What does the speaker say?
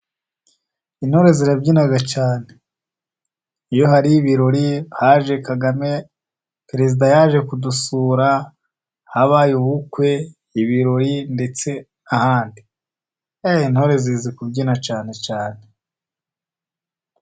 Intore zirabyina cyane iyo hari ibirori, haje Kagame, Perezida yaje kudusura, habaye ubukwe , ibirori ndetse n'ahandi . Intore zizi kubyina cyane cyane.